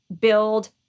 build